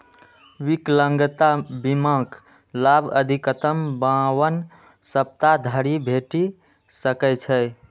विकलांगता बीमाक लाभ अधिकतम बावन सप्ताह धरि भेटि सकै छै